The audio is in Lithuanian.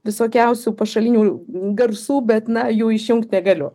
visokiausių pašalinių garsų bet na jų išjungt negaliu